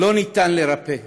לא ניתן לרפא,